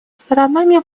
сторонами